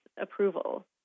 approval